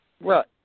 Right